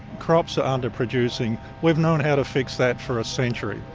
crops are under-producing we've known how to fix that for a century.